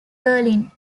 berlin